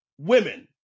women